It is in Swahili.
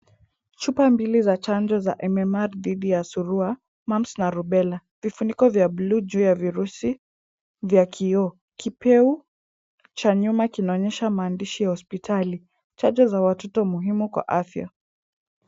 Chupa mbili za chanjo za M-M-R dhidi ya surua, mumps na rubela. Vifuniko vya buluu ju ya virusi vya kioo. Kipyeu cha nyuma kinaonyesha maandishi ya hospitali. Chanjo za watoto muhimu kw afya.